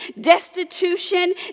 destitution